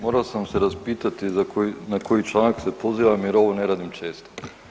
Morao sam se raspitati na koji članak se pozivam jer ovo ne radim često.